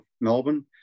Melbourne